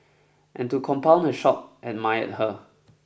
and to compound her shock admired her